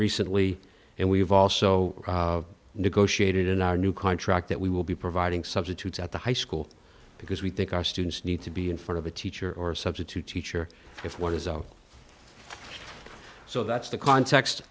recently and we've also negotiated in our new contract that we will be providing substitutes at the high school because we think our students need to be in front of a teacher or a substitute teacher if one is a so that's the context